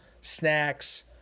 snacks